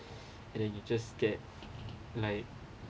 and you just get like